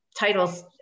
title's